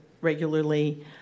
regularly